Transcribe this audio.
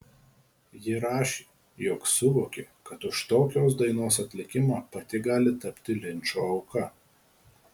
ji rašė jog suvokė kad už tokios dainos atlikimą pati gali tapti linčo auka